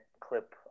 clip